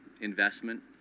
investment